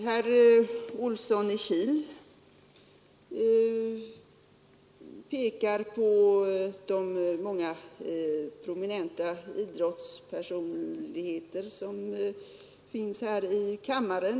Herr Olsson i Kil pekade på de många prominenta idrottspersonligheter som finns i kammaren.